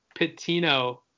Pitino